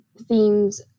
themes